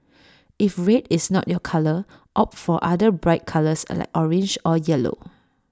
if red is not your colour opt for other bright colours like orange or yellow